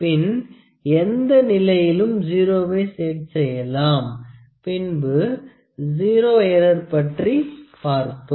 பின் எந்த நிலையிலும் 0 வை செட் செய்யலாம் பின்பு ஸிரோ எற்றர் பற்றி பார்த்தோம்